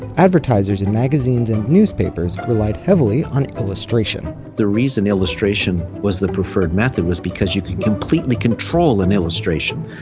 advertisers in magazines and newspapers relied heavily on illustration the reason illustration was the preferred method was because you can completely control an illustration.